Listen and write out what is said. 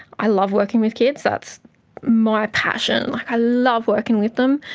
i love working with kids, that's my passion. like i love working with them,